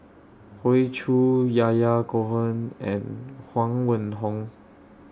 Hoey Choo Yahya Cohen and Huang Wenhong